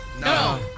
no